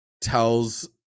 tells